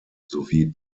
sowie